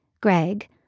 Greg